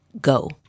go